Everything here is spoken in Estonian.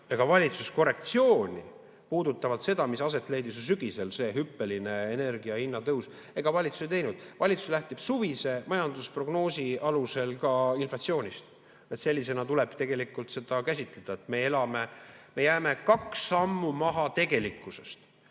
Ega valitsus korrektsiooni, puudutavalt seda, mis aset leidis sügisel, see energia hinna hüppeline tõus, ei teinud. Valitsus lähtub suvise majandusprognoosi alusel ka inflatsioonist. Sellisena tuleb seda käsitleda, et me jääme kaks sammu tegelikkusest